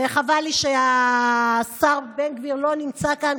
וחבל לי שהשר בן גביר לא נמצא כאן,